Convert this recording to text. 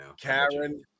Karen